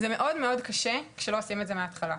זה מאוד מאוד קשה כשלא עושים את זה מהתחלה.